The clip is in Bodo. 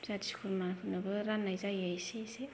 जाथि खुरमाफोरनोबो राननाय जायो इसे इसे